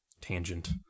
tangent